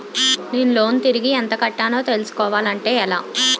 నేను లోన్ తిరిగి ఎంత కట్టానో తెలుసుకోవాలి అంటే ఎలా?